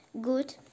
Good